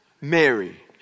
Mary